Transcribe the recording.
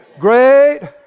great